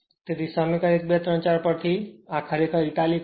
તેથી સમીકરણ 1234 પરતી તેથી ખરેખર આ ઇટાલિક હશે